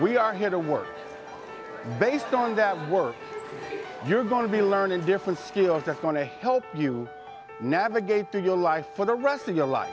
we are here to work based on that work you're going to be learning different skills are going to help you navigate to your life for the rest of your life